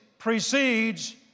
precedes